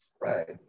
right